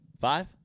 five